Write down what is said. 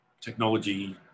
Technology